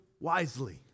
wisely